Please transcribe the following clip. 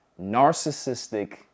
Narcissistic